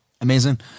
Amazing